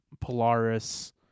Polaris